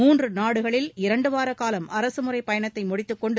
மூன்று நாடுகளில் இரண்டுவார காலம் அரசுமுறை பயணத்தை முடித்துக்கொண்டு